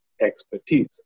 expertise